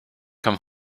come